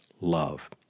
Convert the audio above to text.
love